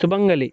సుమంగళి